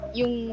yung